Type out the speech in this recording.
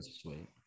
sweet